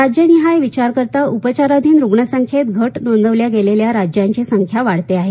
राज्य निहाय विचार करता उपचाराधीन रुग्णसंख्येत घट नोंदवल्या गेलेल्या राज्यांची संख्या वाढते आहे